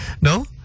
No